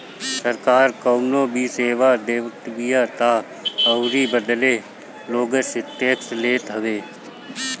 सरकार कवनो भी सेवा देतबिया तअ ओकरी बदले लोग से टेक्स लेत हवे